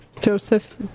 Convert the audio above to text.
Joseph